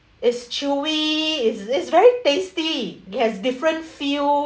it's chewy it's it's very tasty it has different feel